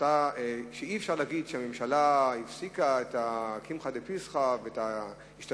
שאלת אותי: אי-אפשר להגיד שהממשלה הפסיקה את הקמחא דפסחא ואת ההשתתפות,